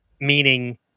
meaning